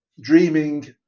Dreaming